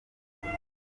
kabiri